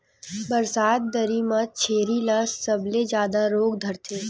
बरसात दरी म छेरी ल सबले जादा रोग धरथे